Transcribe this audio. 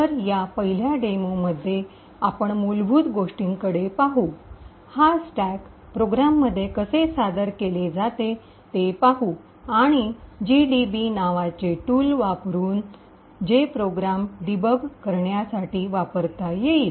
तर या पहिल्या डेमोमध्ये आपण मूलभूत गोष्टींकडे पाहू हा स्टॅक प्रोग्राममध्ये कसे सादर केले जाते ते पाहू आणि जीडीबी नावाचे टूल वापरु जे प्रोग्रॅम डिबग करण्यासाठी वापरता येईल